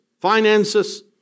finances